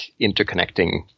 interconnecting